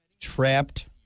Trapped